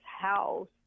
house